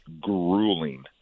grueling